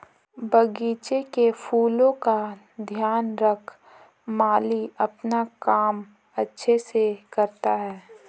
बगीचे के फूलों का ध्यान रख माली अपना काम अच्छे से करता है